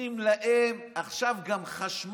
נותנים להם עכשיו גם חשמל,